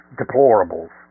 deplorables